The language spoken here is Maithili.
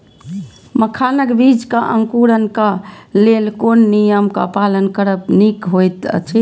मखानक बीज़ क अंकुरन क लेल कोन नियम क पालन करब निक होयत अछि?